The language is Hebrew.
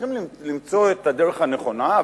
צריכים למצוא את הדרך הנכונה,